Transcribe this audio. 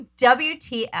WTF